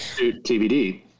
TBD